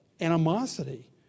animosity